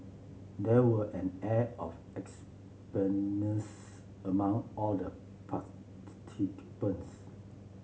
there was an air of among all the